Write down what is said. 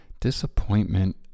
Disappointment